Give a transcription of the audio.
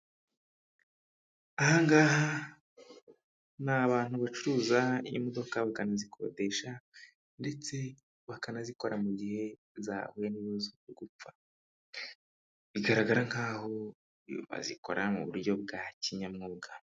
Ahangaha ni abantu bacuruza imodoka bakanazikodesha, ndetse bakanazikora mu gihe zahuye n'ibibazo byo gupfa bigaragara nk'aho bazikora mu buryo bwa kinyamwuga.